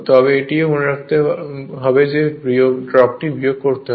তবে এটিও মনে রাখবেন এই ড্রপটি বিয়োগ করতে হবে